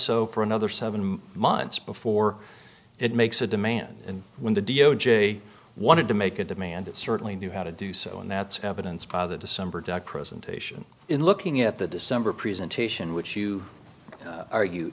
so for another seven months before it makes a demand and when the d o j wanted to make a demand it certainly knew how to do so and that's evidenced by the december duck presentation in looking at the december presentation which you argue